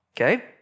okay